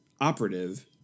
operative